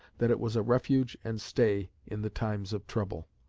that it was a refuge and stay in the times of trouble.